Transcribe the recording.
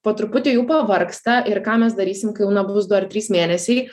po truputį jau pavargsta ir ką mes darysim kai jau na bus du ar trys mėnesiai